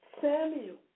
Samuel